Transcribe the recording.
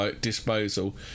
disposal